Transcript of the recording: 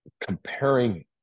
comparing